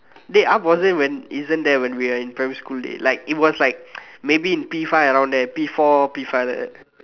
dey up wasn't even isn't when we are in primary school dey like it was like maybe in P-five around there P-four P-five around that